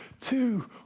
two